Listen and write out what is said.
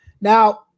Now